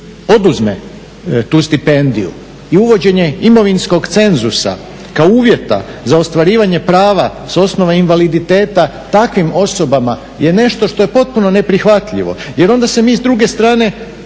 oduzme tu stipendiju i uvođenje imovinskog cenzusa kao uvjeta za ostvarivanje prava s osnova invaliditeta takvim osobama je nešto što je potpuno neprihvatljivo jer onda se mi s druge strane